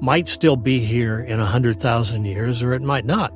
might still be here in a hundred thousand years or it might not